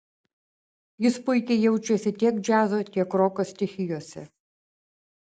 jis puikiai jaučiasi tiek džiazo tiek roko stichijose